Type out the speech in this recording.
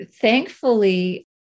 Thankfully